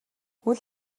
үйл